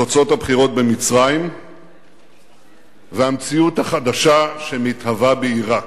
תוצאות הבחירות במצרים והמציאות החדשה שמתהווה בעירק.